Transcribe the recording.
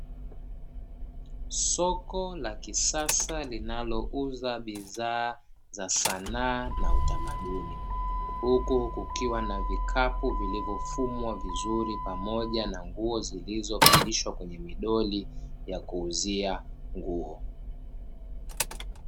Soko la kisasa linalouza bidhaa za sanaa na utamaduni huku kukiwa na vikapu vilivyofumwa vizuri pamoja na nguo zilizovalishwa kwenye midoli ya kuuzia nguo.